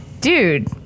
dude